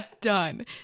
done